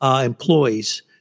employees